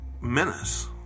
menace